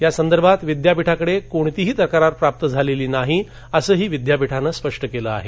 यांसदर्भात विद्यापीठाकडे कोणतीही तक्रार प्राप्त झालेली नाही असंही विद्यापीठानं स्पष्ट केलं आहे